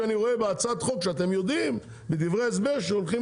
כשאני רואה בדברי ההסבר שאתם יודעים שהולכות